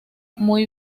muy